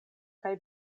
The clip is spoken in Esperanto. kaj